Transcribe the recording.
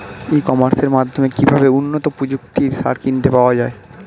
ই কমার্সের মাধ্যমে কিভাবে উন্নত প্রযুক্তির সার কিনতে পাওয়া যাবে?